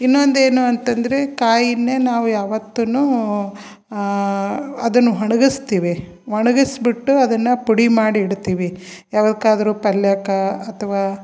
ಇನ್ನೊಂದು ಏನು ಅಂತಂದರೆ ಕಾಯಿಯನ್ನೇ ನಾವು ಯಾವತ್ತೂನೂ ಅದನ್ನು ಒಣ್ಗಸ್ತಿವಿ ಒಣಗಿಸ್ಬಿಟ್ಟು ಅದನ್ನು ಪುಡಿ ಮಾಡಿ ಇಡ್ತೀವಿ ಯಾವಕ್ಕಾದ್ರೂ ಪಲ್ಯಕ್ಕೆ ಅಥವಾ